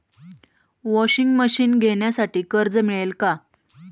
Washing machine घेण्यासाठी कर्ज मिळेल का?